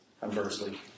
conversely